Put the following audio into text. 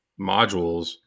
modules